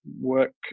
work